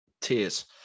tears